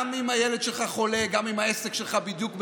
גם אם הילד שלך חולה, גם אם העסק שלך בדיוק במשבר,